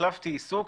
החלפתי עיסוק,